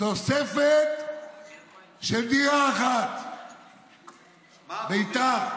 תוספת של דירה אחת, ביתר.